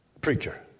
Preacher